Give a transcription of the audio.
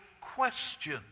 question